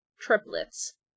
triplets